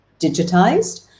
digitized